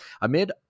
Amid